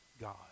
God